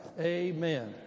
Amen